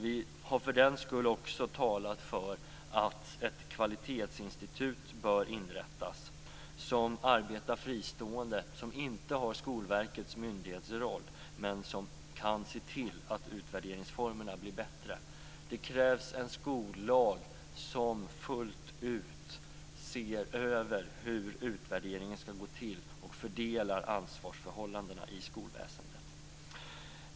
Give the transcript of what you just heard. Vi har för den skull också talat för att ett kvalitetsinstitut bör inrättas. Det skall arbeta fristående, dvs. inte ha Skolverkets myndighetsroll, och se till att utvärderingsformerna blir bättre. Det krävs en skollag som fullt ut ser över hur utvärderingen skall gå till och fördelar ansvarsförhållandena i skolväsendet.